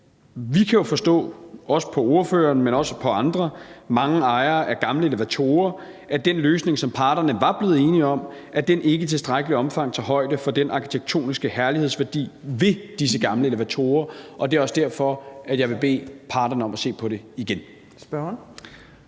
vi kan forstå på spørgeren, men også på mange andre og ejere af gamle elevatorer, at den løsning, som parterne er blevet enige om, ikke i tilstrækkeligt omfang tager højde for den arkitektoniske herlighedsværdi ved disse gamle elevatorer. Det er også derfor, at jeg vil bede parterne om at se på det igen.